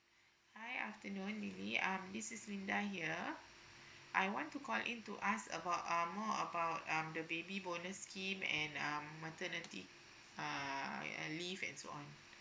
hi afternoon Lily um this is Linda here I want to call in to ask about um more about um the baby bonus scheme and um maternity uh leave and so on